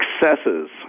successes